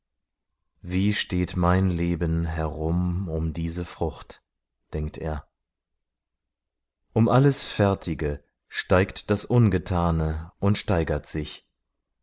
wie steht mein leben herum um diese frucht denkt er um alles fertige steigt das ungetane und steigert sich